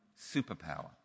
superpower